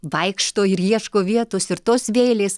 vaikšto ir ieško vietos ir tos vėlės